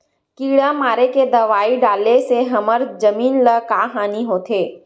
किड़ा मारे के दवाई डाले से हमर जमीन ल का हानि होथे?